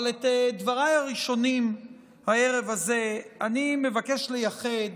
אבל את דבריי הראשונים הערב הזה אני מבקש לייחד